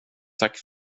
tack